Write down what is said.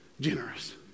generous